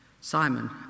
Simon